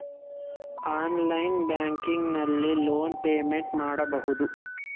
online banking ನಲ್ಲಿ loan payment ಮಾಡಬಹುದು